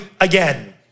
again